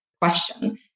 question